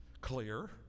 clear